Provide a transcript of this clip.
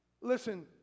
listen